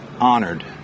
Honored